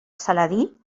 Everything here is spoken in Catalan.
saladí